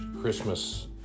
Christmas